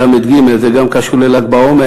ל"ג זה גם קשור לל"ג בעומר,